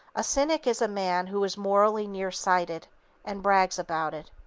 a cynic is a man who is morally near-sighted and brags about it.